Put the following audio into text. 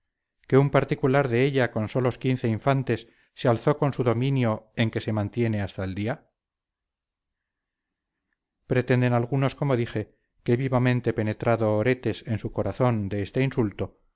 que un particular de ella con solos quince infantes se alzó con su dominio en que se mantiene hasta el día pretenden algunos como dije que vivamente penetrado oretes en su corazón de este insulto